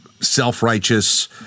self-righteous